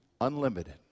unlimited